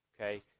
Okay